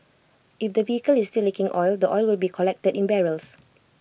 if the vehicle is still leaking oil the oil will be collected in barrels